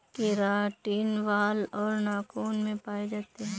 keratin बाल और नाखून में पाए जाते हैं